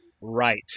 Right